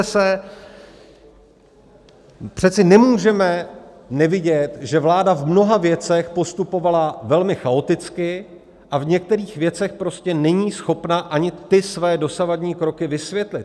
Nezlobte se, přece nemůžeme nevidět, že vláda v mnoha věcech postupovala velmi chaoticky a v některých věcech prostě není schopna ani ty své dosavadní kroky vysvětlit.